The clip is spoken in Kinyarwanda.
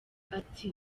ati